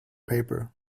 paper